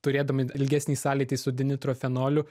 turėdami ilgesnį sąlytį su dinitro fenoliu